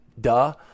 Duh